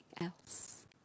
else